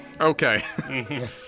Okay